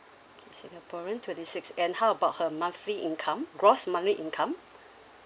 K singaporean twenty six and how about her monthly income gross monthly income